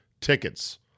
tickets